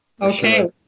Okay